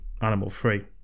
animal-free